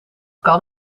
kan